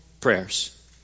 prayers